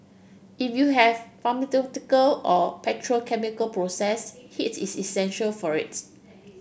if you have pharmaceutical or petrochemical process heats is essential for its